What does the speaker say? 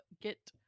get